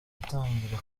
itangira